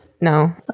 no